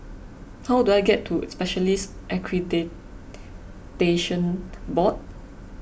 how do I get to Specialists Accreditation Board